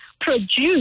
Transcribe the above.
produce